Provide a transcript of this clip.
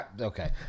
Okay